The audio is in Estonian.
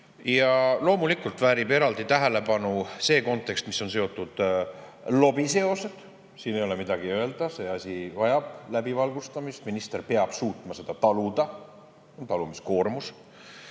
Loomulikult väärib eraldi tähelepanu see, mis on seotud lobiga. Siin ei ole midagi öelda, see asi vajab läbivalgustamist. Minister peab suutma seda taluda, [tal] on talumis[kohustus].